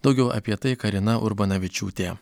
daugiau apie tai karina urbanavičiūtė